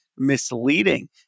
Misleading